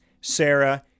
Sarah